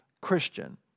Christian